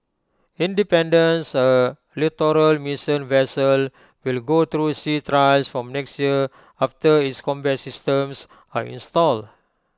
independence A littoral mission vessel will go through sea trials from next year after its combat systems are installed